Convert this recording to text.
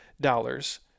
dollars